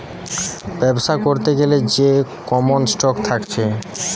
বেবসা করতে গ্যালে যে কমন স্টক থাকছে